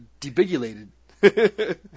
debigulated